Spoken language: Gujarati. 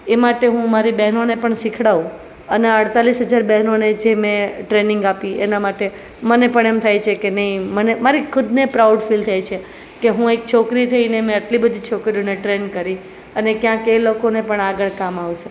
એ માટે હું મારી બેહનોને પણ શીખવાડું અને અડતાલીસ હજાર બેહનોને જે મેં ટ્રેનિગ આપી એના માટે મને પણ એમ થાય છે કે નહીં એ મારી ખુદને પ્રાઉડ ફીલ થાય છે કે હું એક છોકરી થઈને મેં આટલી બધી છોકરીઓને ટ્રેન કરી અને ક્યાંક એ લોકો પણ આગળ કામ આવશે